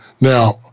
Now